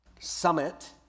summit